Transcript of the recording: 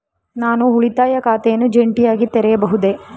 ನಾನು ಉಳಿತಾಯ ಖಾತೆಯನ್ನು ಜಂಟಿಯಾಗಿ ತೆರೆಯಬಹುದೇ?